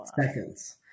seconds